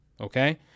Okay